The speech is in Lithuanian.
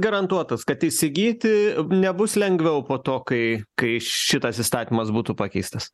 garantuotas kad įsigyti nebus lengviau po to kai kai šitas įstatymas būtų pakeistas